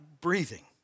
breathing